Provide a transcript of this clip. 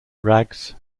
rags